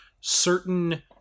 certain